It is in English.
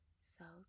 salt